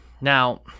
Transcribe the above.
now